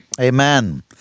Amen